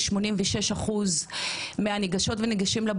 כמו כל אחת מהילדות והילדים שלנו,